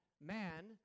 man